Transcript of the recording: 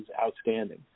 outstanding